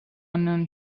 unknown